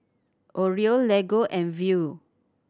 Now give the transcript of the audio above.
Oreo Lego and Viu